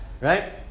right